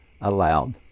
aloud